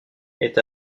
est